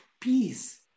peace